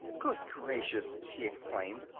good gracious! she exclaimed.